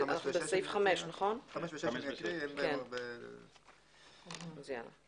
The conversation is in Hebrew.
אנחנו בסעיף 5. אני אקרא את סעיף 5 ו-6: